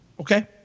Okay